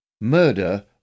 Murder